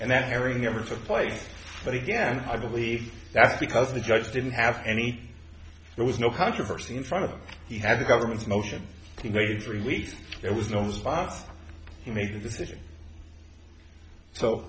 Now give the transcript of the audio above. and that hearing never for place but again i believe that's because the judge didn't have any there was no controversy in front of he had the government's motion he made three weeks it was no response he made the decision so